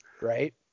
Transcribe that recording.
right